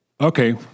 Okay